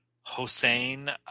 Hossein